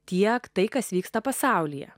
tiek tai kas vyksta pasaulyje